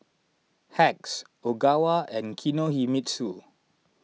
Hacks Ogawa and Kinohimitsu